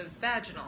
vaginal